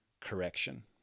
correction